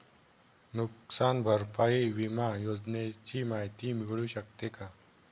नुकसान भरपाई विमा योजनेची माहिती मिळू शकते का?